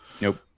Nope